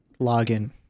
login